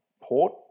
Port